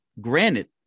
Granted